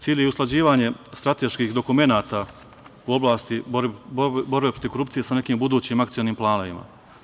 Cilj je usklađivanje strateških dokumenata u oblati borbe protiv korupcije sa nekim budućim akcionim planovima.